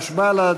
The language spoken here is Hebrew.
חד"ש ובל"ד,